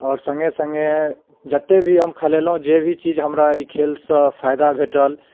आओर सङ्गे सङ्गे जतेक भी हम खेलेलहुँ जे भी चीज हमरा ई खेलसँ फायदा भेटल